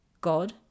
God